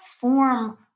form